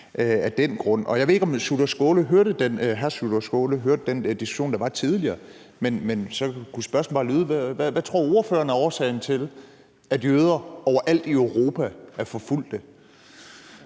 bliver polemisk. Jeg ved ikke, om hr. Sjúrður Skaale hørte den diskussion, der var tidligere, men spørgsmålet kunne bare lyde: Hvad tror ordføreren er årsagen til, at jøder overalt i Europa er forfulgt?